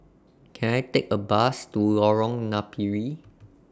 Can I Take A Bus to Lorong Napiri